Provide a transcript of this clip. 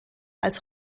als